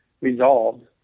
resolved